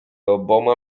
oboma